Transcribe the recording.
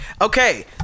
Okay